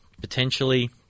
potentially